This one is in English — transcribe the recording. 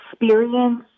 experience